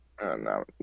no